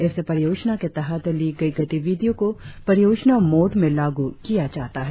इस परियोजना के तहत ली गई गतिविधियों को परियोजना मोड में लागू किया जाता है